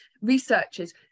researchers